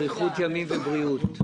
אריכות ימים ובריאות.